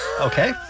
Okay